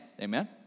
Amen